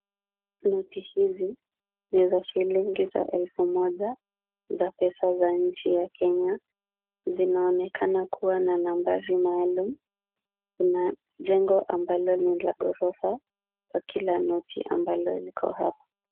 Noti hizi ni za shilingi elfu moja za pesa za nchi ya Kenya. Zinaonekana kuwa na nambari maalum na jengo ambalo ni la ghorofa kwa kila noti ambalo liko hapo.